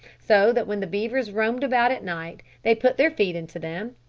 so that when the beavers roamed about at night, they put their feet into them,